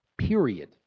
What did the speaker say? period